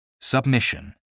submission